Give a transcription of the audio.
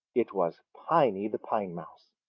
it was piney the pine mouse.